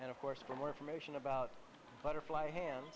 and of course for more information about butterfly hand